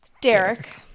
Derek